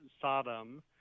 Sodom